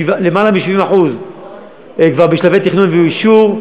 למעלה מ-70% כבר בשלבי תכנון ואישור,